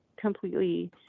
completely